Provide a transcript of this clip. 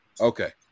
Okay